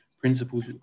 principles